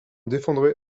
défendrai